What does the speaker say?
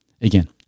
Again